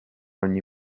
ogni